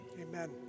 Amen